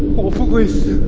also with